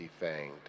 defanged